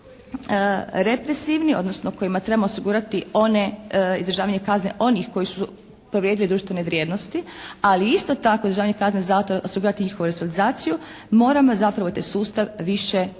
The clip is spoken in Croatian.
represivni odnosno kojima trebamo osigurati one izdržavanje kazne onih koji su povrijedili društvene vrijednosti ali isto tako izdržavanje kazne zatvora osobito njihovu resocijalizaciju moramo zapravo u taj sustav više ulagati